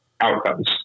outcomes